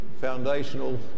foundational